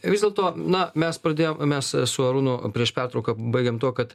vis dėlto na mes pradėjo mes su arūnu prieš pertrauką baigėm tuo kad